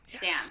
Dan